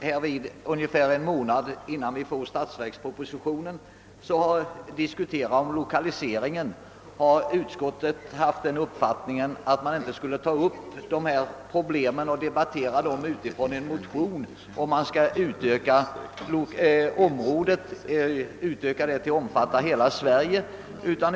Herr talman! Utskottet har ansett att riksdagen inte på grund av en motion ungefär en månad innan statsverkspropositionen läggs fram bör diskutera 1okaliseringsproblemen och en eventuell utvidgning av stödområdena till att omfatta hela landet.